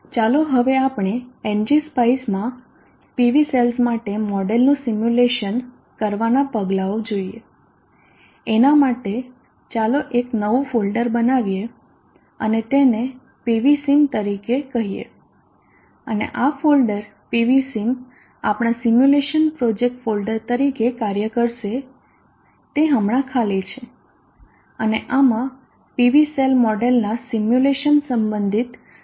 ચાલો હવે આપણે એનજીસ્પાઇસમાં PV સેલ્સ માટે મોડેલનું સિમ્યુલેશન કરવાના પગલાઓ જોઈએ એના માટે ચાલો એક નવું ફોલ્ડર બનાવીયે અને તેને pvsim તરીકે કહીયે અને આ ફોલ્ડર pvsim આપણા સિમ્યુલેશન પ્રોજેક્ટ ફોલ્ડર તરીકે કાર્ય કરશે તે હમણાં ખાલી છે અને આમાં PV સેલ મોડેલનાં સિમ્યુલેશન સંબંધિત બધી ફાઇલો મૂકવામાં આવશે